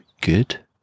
good